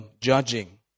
judging